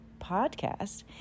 podcast